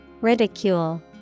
Ridicule